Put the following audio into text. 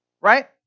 Right